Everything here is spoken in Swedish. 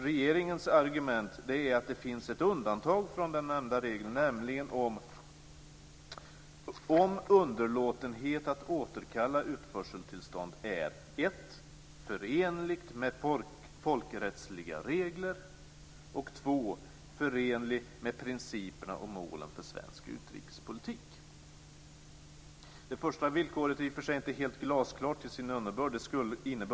Regeringens argument är att det finns ett undantag från nämnda regel, nämligen om underlåtenhet att återkalla utförseltillstånd är för det första förenligt med folkrättsliga regler och för det andra förenligt med principerna och målen för svensk utrikespolitik. Det första villkoret är i och för sig inte helt glasklart till sin innebörd.